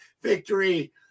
victory